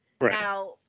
Now